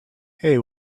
hey